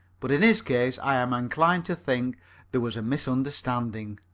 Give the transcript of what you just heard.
but in his case i am inclined to think there was a misunderstanding.